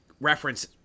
reference